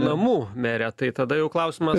namų mere tai tada jau klausimas